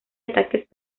ataques